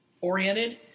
oriented